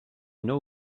know